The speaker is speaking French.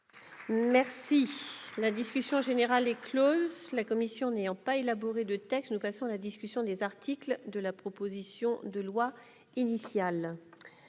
Merci la discussion générale est Close. La commission n'ayant pas élaboré de textes, nous passons à la discussion des articles de la proposition de loi initial,